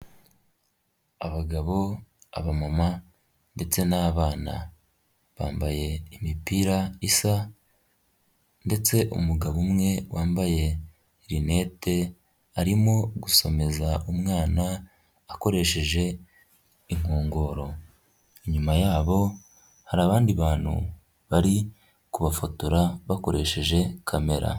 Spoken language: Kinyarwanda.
Abagabo, abamama ndetse n'abana bambaye imipira isa ndetse umugabo umwe wambaye linete arimo gusomeza umwana akoresheje inkongoro, inyuma yabo hari abandi bantu bari kubafotora bakoresheje kamera.